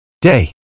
Day